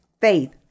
faith